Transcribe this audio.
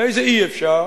ואיזה אי-אפשר,